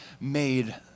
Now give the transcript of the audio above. made